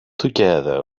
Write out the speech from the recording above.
together